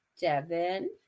Devin